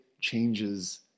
changes